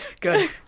Good